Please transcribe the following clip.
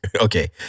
Okay